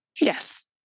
Yes